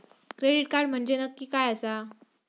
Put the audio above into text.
Credit card म्हंजे नक्की काय आसा?